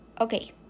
Okay